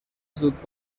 زود